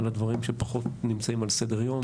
על הדברים שפחות נמצאים על סדר היום,